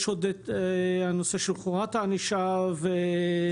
ויש את הנושא של חומרת הענישה ומודעות.